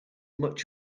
much